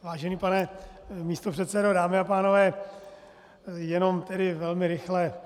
Vážený pane místopředsedo, dámy a pánové, jenom tedy velmi rychle.